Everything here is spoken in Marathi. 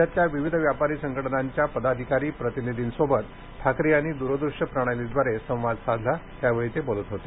राज्यातल्या विविध व्यापारी संघटनांच्या पदाधिकारी प्रतिनिधींसोबत ठाकरे यांनी द्रदूश्य प्रणालीद्वारे संवाद साधला त्यावेळी ते बोलत होते